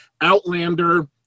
Outlander